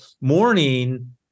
morning